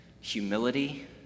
humility